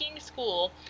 school